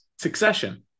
succession